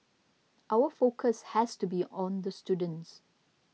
our focus has to be on the students